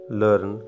learn